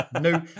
no